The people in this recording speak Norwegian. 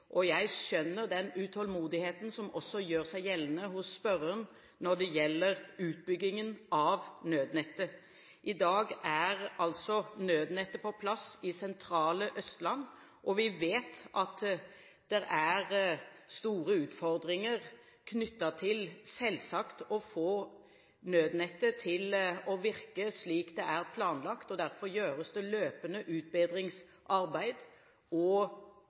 Jeg skjønner den utålmodigheten som også gjør seg gjeldende hos spørreren, når det gjelder utbyggingen av nødnettet. I dag er nødnettet på plass på det sentrale Østlandet. Vi vet at det er store utfordringer knyttet til det å få nødnettet til å virke som planlagt, og derfor gjøres det løpende utbedringsarbeid